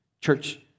church